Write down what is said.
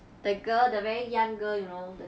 the girl the very young girl you know the